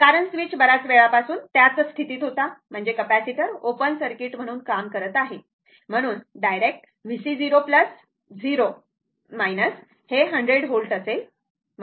कारण स्विच बर्याच वेळापासून त्याच स्थितीत होता म्हणजे कॅपेसिटर ओपन सर्किट म्हणून काम करत आहे म्हणून डायरेक्ट VC0 0 हे 100 व्होल्ट असेल